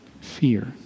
fear